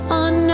on